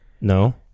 No